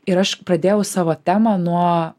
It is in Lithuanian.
ir aš pradėjau savo temą nuo